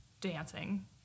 dancing